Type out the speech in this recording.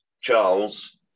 Charles